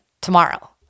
tomorrow